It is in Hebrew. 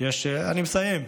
אני מסיים.